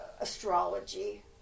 astrology